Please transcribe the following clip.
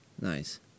Nice